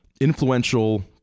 influential